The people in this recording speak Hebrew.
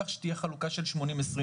כך שתהיה חלוקה של 80%-20%.